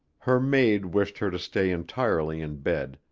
her maid wished her to stay entirely in bed,